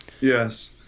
Yes